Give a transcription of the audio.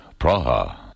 Praha